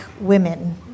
women